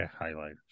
highlighters